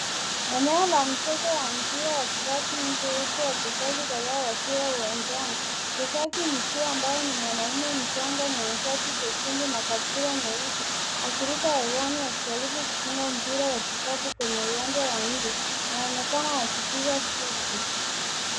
Eneo la mchezo wa mpira wa kikapu nje huku wachezaji kadhaa wakiwa uwanjani. Mchezaji mkuu ambaye ni mwanaume mchanga mwenye shati jekundu na kaptura nyeusi akiruka hewani akijaribu kufunga mpira wa kikapu kwenye uwanja nje. Anaonekana akipiga shuti .